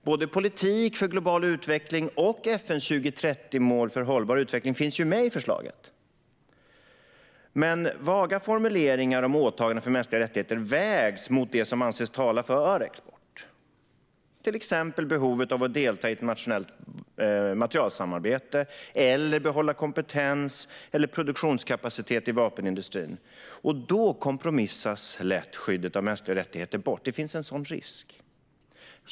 Både politik för global utveckling och FN:s 2030-mål för hållbar utveckling finns med i förslaget. Men vaga formuleringar om åtaganden för mänskliga rättigheter vägs mot det som anses tala för export. Det gäller exempelvis behovet av att delta i internationellt materielsamarbete eller att behålla kompetens eller produktionskapacitet i vapenindustrin. Då kompromissas skyddet av mänskliga rättigheter lätt bort. Det finns en sådan risk.